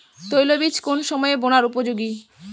তৈলবীজ কোন সময়ে বোনার উপযোগী?